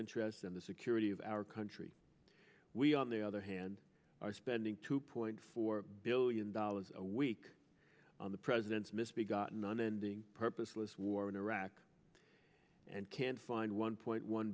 interests and the security of our country we on the other hand are spending two point four billion dollars a week on the president's misbegotten non ending purposeless war in iraq and can't find one point one